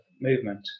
movement